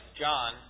John